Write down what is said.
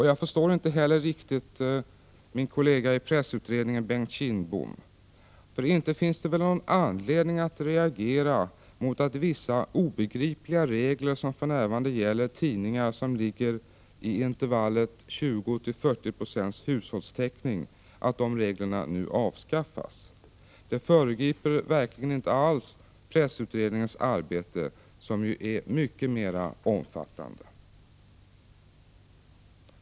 Jag förstår inte heller riktigt min kollega i pressutredningen Bengt Kindbom. Inte finns det väl någon anledning att reagera mot att vissa obegripliga regler som för närvarande gäller för tidningar som ligger i intervallet 20-40 96 hushållstäckning avskaffas? Detta föregriper verkligen inte alls pressutredningens arbete, som ju är mycket mera omfattande.